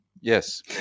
Yes